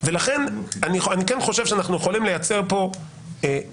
ולכן אני כן חושב שאנחנו יכולים לייצר פה מנגנון